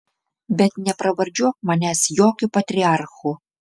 bet nepravardžiuok manęs jokiu patriarchu